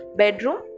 bedroom